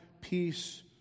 peace